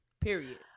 Period